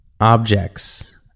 objects